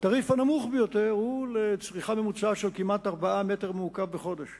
התעריף הנמוך ביותר הוא לצריכה ממוצעת של כמעט 4 מטרים מעוקבים בחודש